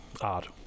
Odd